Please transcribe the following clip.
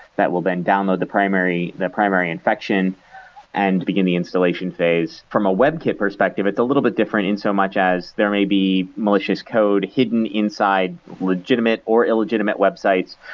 that will then download the primary the primary infection and begin the installation phase. from a webkit perspective, it's a little bit different in so much as there may be malicious code hidden inside legitimate or illegitimate websites,